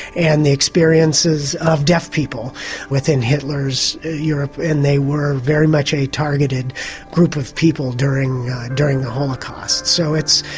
and the experiences of deaf people within hitler's europe. and they were very much a targeted group of people during during the holocaust. so it's.